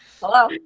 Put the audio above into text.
Hello